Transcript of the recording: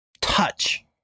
touch